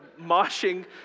moshing